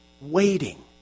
Waiting